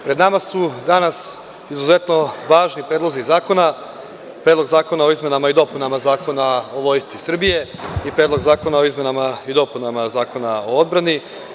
Pred nama su danas izuzetno važni predlozi zakona, Predlog zakona i izmenama i dopunama Zakona o Vojsci Srbije i Predlog zakona o izmenama i dopunama Zakona o odbrani.